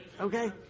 Okay